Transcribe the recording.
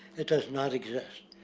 it does not exist.